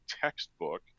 textbook